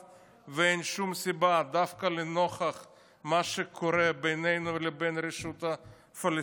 ודווקא לנוכח מה שקורה בינינו לבין הרשות הפלסטינית,